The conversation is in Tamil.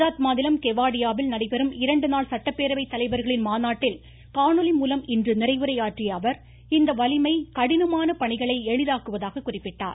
குஜராத் மாநிலம் கெவாடியாவில் நடைபெறும் இரண்டு நாள் சட்டப்பேரவை தலைவர்களின் மாநாட்டில் காணொலி மூலம் இன்று நிறைவுரை ஆற்றிய அவர் இந்த வலிமை கடினமான பணிகளை எளிதாக்குவதாக குறிப்பிட்டார்